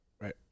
Right